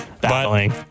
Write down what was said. Battling